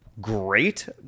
great